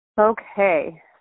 Okay